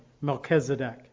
Melchizedek